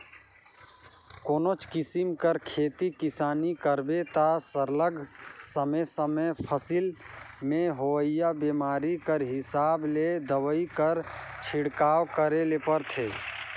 कोनोच किसिम कर खेती किसानी करबे ता सरलग समे समे फसिल में होवइया बेमारी कर हिसाब ले दवई कर छिड़काव करे ले परथे